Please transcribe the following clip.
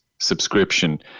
Subscription